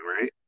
right